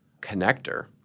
connector